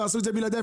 תעשו את זה בלעדיי,